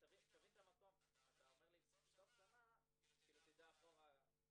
יש לנו פה את פתחון לב, גבריאל וקנין.